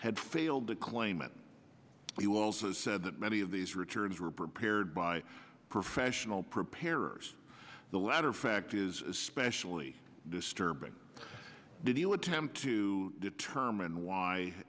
had failed the claimant you also said that many of these richards were prepared by professional preparers the latter fact is especially disturbing video attempt to determine why